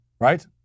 right